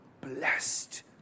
blessed